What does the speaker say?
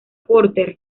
porter